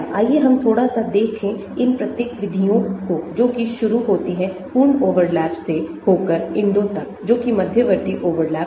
आइए हम थोड़ा सा देखें इन प्रत्येक विधियोंको जो कि शुरू होती है पूर्ण ओवरलैप से होकर INDO तक जोकि मध्यवर्ती ओवरलैप है